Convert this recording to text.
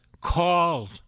called